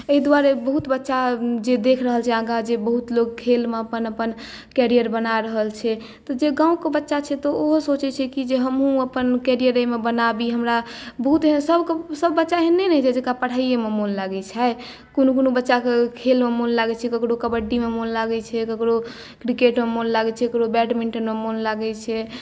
अहि दुआरे बहुत बच्चा जे देख रहल चाही आगाँ जे बहुत लोक खेल मे अपन अपन कैरियर बना रहल छै तऽ जे गाँवके बच्चा चाही तऽ ओहो सोचै छै कि जे हमहुँ अपन कैरियर एहिमे बनाबी हमरा बहुत एहन सभ बच्चा एहन नहि रहि जाइ छै सभकेँ पढ़ाइये मे मन लगै छै कोनो कोनो बच्चाकेँ खेलमे मन लगै छै ककरो कबड्डीमे मन लागै छै ककरो क्रिकेट मे मन लागै छै ककरो बैडमिण्टन मे मन लागै छै